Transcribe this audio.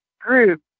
group